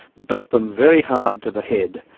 belt them very hard to the head,